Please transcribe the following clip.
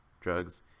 drugs